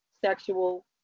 sexual